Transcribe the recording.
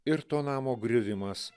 ir to namo griuvimas